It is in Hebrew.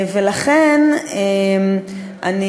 ולכן, אני